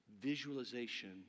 visualization